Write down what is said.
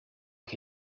luc